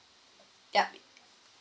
yup